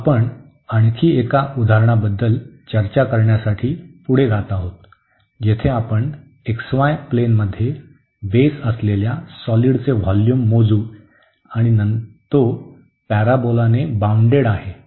तर आपण आणखी एका उदाहरणाबद्दल चर्चा करण्यासाठी पुढे गेलो जिथे आपण प्लेनमध्ये बेस असलेल्या सॉलिडचे व्होल्यूम मोजू आणि तो पॅराबोलाने बाउंडेड आहे